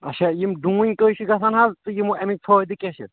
اَچھا یِم ڈوٗنۍ کٔہیہِ چھِ گژھان آز تہٕ یِمہٕ اَمِکۍ فٲیدٕ کیٛاہ چھِ